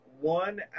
one